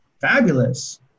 fabulous